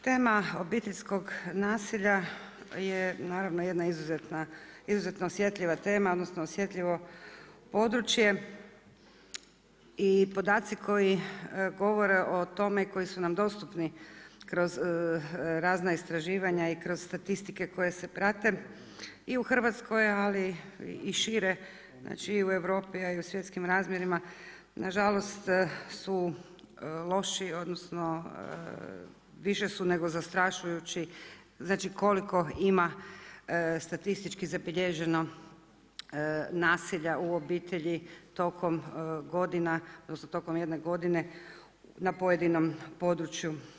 Tema obiteljskog nasilja je je naravno jedna izuzetna osjetljiva tema, odnosno osjetljivo područje i podaci koji govore o tome koji su nam dostupni kroz razna istraživanja i kroz statistike koje se prate i u Hrvatskoj ali i šire znači i u Europi a i svjetskim razmjerima, nažalost su loši, odnosno više su nego zastrašujući znači koliko ima statistički zabilježeno nasilja u obitelji tokom jedne godine na pojedinom području.